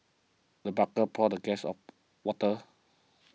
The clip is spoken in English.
the butler poured the guest of water